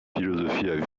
philosophie